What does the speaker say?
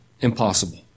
impossible